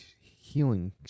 healing